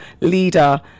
leader